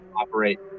operate